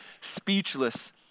speechless